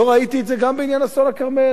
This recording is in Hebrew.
לא ראיתי את זה גם בעניין אסון הכרמל.